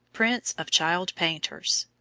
prince of child-painters.